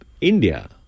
India